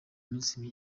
minsi